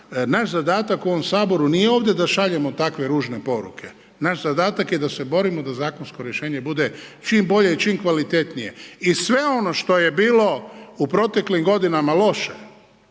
naš zadatak u ovom Saboru nije ovdje da šaljemo takve ružne poruke, naš zadatak je da se borimo da zakonsko rješenje bude čim bolje i čim kvalitetnije i sve ono što je bilo u proteklim godinama loše,